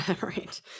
Right